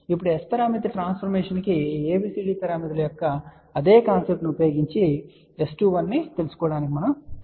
ఇప్పుడు S పారామితి transformation కు ABCD పారామితుల యొక్క అదే కాన్సెప్ట్ ను ఉపయోగించి S21 ను తెలుసుకోవడానికి ప్రయత్నిస్తాము